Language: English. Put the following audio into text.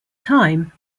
time